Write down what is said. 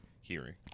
hearing